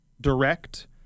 direct